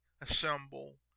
assemble